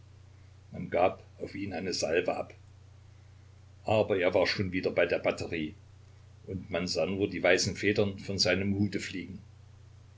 man gab auf ihn eine salve ab aber er war schon wieder bei der batterie und man sah nur die weißen federn von seinem hute fliegen